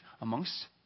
amongst